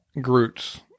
Groot's